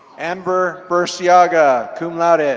amber burciaga, cum laude. ah